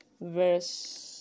verse